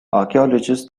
archaeologists